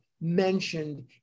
mentioned